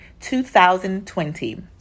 2020